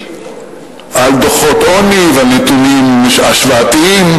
על דוחות עוני ועל נתונים השוואתיים.